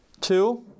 Two